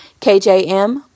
KJM